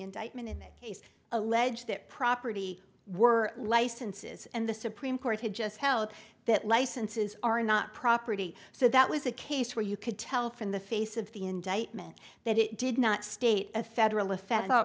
indictment in that case allege that property were licenses and the supreme court had just held that licenses are not property so that was a case where you could tell from the face of the indictment that it did not state a federal